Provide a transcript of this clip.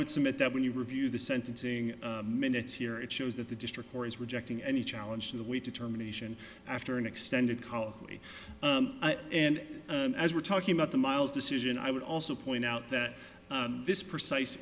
would submit that when you review the sentencing minutes here it shows that the district or is rejecting any challenge to the way determination after an extended coffee and as we're talking about the miles decision i would also point out that this precise